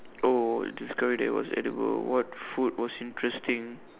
oh discover that it was edible what food was interesting